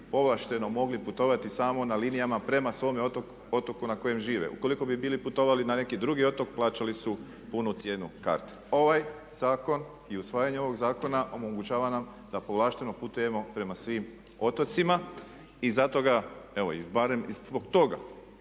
povlašteno mogli putovati samo na linijama prema svome otoku na kojem žive. Ukoliko bi bili putovali na neki drugi otok plaćali su punu cijenu karte. Ovaj zakon i usvajanje ovoga zakona omogućava nam da povlašteno putujemo prema svim otocima i zato ga, evo i barem i zbog toga